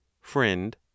Friend